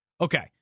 Okay